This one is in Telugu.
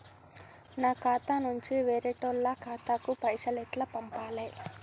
నా ఖాతా నుంచి వేరేటోళ్ల ఖాతాకు పైసలు ఎట్ల పంపాలే?